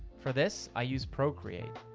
for this, i use procreate,